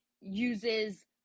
uses